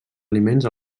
aliments